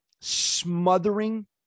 Smothering